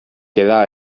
quedà